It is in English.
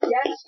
Yes